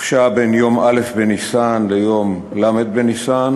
חופשה בין יום א' בניסן ליום ל' בניסן